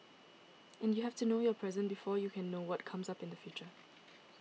and you have to know your present before you can know what comes up in the future